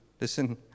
Listen